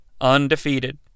undefeated